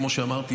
כמו שאמרתי,